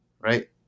right